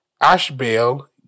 Ashbel